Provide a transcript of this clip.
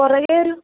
പുറകേ ഒരു